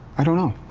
i don't know.